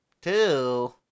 Two